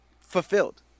fulfilled